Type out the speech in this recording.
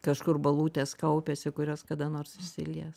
kažkur balutės kaupiasi kurios kada nors susilies